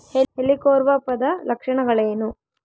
ಹೆಲಿಕೋವರ್ಪದ ಲಕ್ಷಣಗಳೇನು?